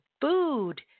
food